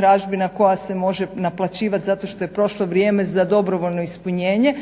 tražbina koja se može naplaćivati zato što je prošlo vrijeme za dobrovoljno ispunjenje.